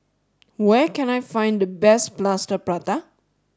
where can I find the best Plaster Prata